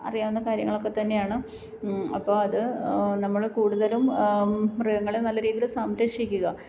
അറിയാവുന്ന കാര്യങ്ങളൊക്കെ തന്നെയാണ് അപ്പോൾ അത് നമ്മൾ കൂടുതലും മൃഗങ്ങളെ നല്ല രീതിയിൽ സംരക്ഷിക്കുക